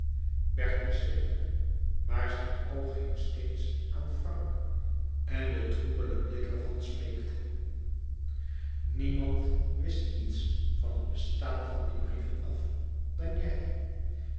bertie zweeg maar zijn oog hing steeds aan frank en de troebele blik er van smeekte niemand wist iets van het bestaan van die brieven af dan jij